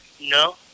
No